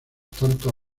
tantos